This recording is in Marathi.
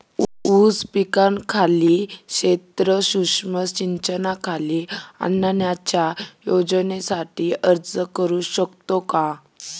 ऊस पिकाखालील क्षेत्र सूक्ष्म सिंचनाखाली आणण्याच्या योजनेसाठी अर्ज करू शकतो का?